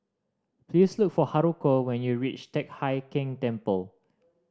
please look for Haruko when you reach Teck Hai Keng Temple